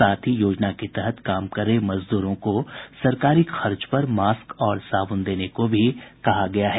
साथ ही योजना के तहत काम कर रहे मजदूरों को सरकारी खर्च पर मास्क और साबुन देने को भी कहा गया है